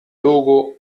logo